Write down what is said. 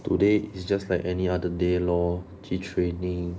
today is just like any other day lor 去 training